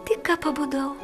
tik ką pabudau